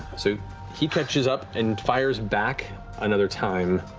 so he catches up and fires back another time.